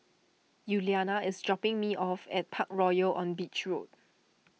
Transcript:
Yuliana is dropping me off at Parkroyal on Beach Road